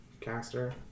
caster